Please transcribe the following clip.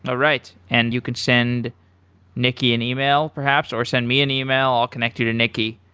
ah right, and you can send nicky an email perhaps, or send me an email. i'll connect you to nicky,